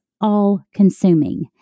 all-consuming